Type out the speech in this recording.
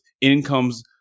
incomes